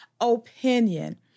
opinion